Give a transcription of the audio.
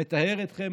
מטהר אתכם?